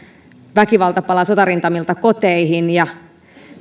väkivalta palaa sotarintamilta koteihin ja